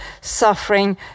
suffering